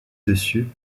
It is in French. dessus